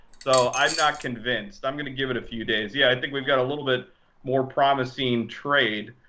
so i'm not convinced. i'm going to give it a few days. yeah, i think we've got a little bit more promising trade.